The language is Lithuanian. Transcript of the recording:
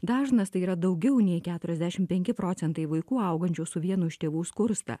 dažnas tai yra daugiau nei keturiasdešim penki procentai vaikų augančių su vienu iš tėvų skursta